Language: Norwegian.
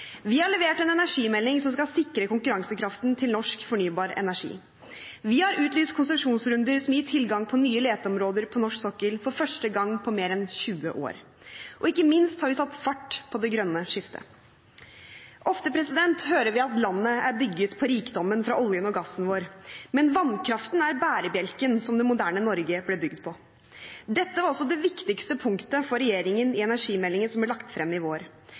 Vi har levert en energimelding som skal sikre konkurransekraften til norsk fornybar energi. Vi har utlyst konsesjonsrunder som gir tilgang på nye leteområder på norsk sokkel for første gang på mer enn 20 år, og ikke minst har vi satt fart på det grønne skiftet. Ofte hører vi at landet er bygd på rikdommen fra oljen og gassen vår, men vannkraften er bærebjelken som det moderne Norge ble bygd på. Dette var også det viktigste punktet for regjeringen i energimeldingen som ble lagt frem i vår.